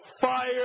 fire